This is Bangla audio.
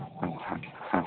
হ্যাঁ হ্যাঁ হ্যাঁ